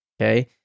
Okay